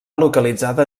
localitzada